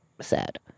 Sad